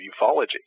ufology